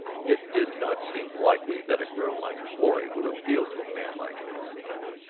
it did not seem likely that a girl like florrie would appeal to a man like him and yet,